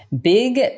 big